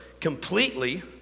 Completely